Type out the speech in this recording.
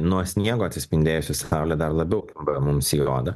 nuo sniego atsispindėjusi saulė dar labiau mums į odą